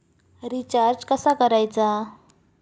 Recharge कसा करायचा?